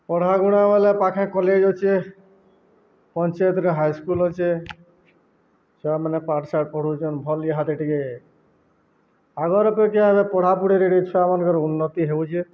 ପଢ଼ ଗୁଣା ବଲେ ପାଖେ କଲେଜ୍ ଅଛେ ପଞ୍ଚାୟତରେ ହାଇସ୍କୁଲ୍ ଅଛେ ଛୁଆମାନେ ପାଠଶାଠ ପଢ଼ୁଛନ୍ ଭଲ ହାତେ ଟିକେ ଆଗର୍ ଅପେକ୍ଷା ଏବେ ପଢ଼ାପଢ଼ିିକେ ଛୁଆମାନଙ୍କର ଉନ୍ନତି ହେଉଛେ